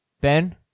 Ben